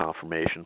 confirmation